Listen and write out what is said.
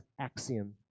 axiom